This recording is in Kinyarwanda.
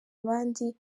abandi